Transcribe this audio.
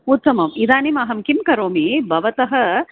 उत्तमम् इदानीम् अहं किं करोमि भवतः